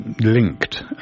linked